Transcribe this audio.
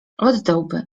oddałby